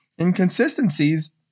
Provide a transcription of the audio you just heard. inconsistencies